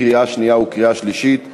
קריאה שנייה וקריאה שלישית.